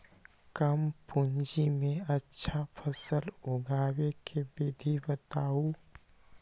कम पूंजी में अच्छा फसल उगाबे के विधि बताउ?